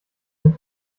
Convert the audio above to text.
mit